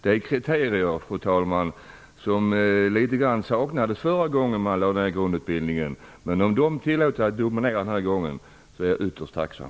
Det är kriterier som saknades litet grand förra gången man lade fram förslag om grundutbildningen. Men om de tillåts att dominera den här gången är jag ytterst tacksam.